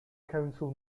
council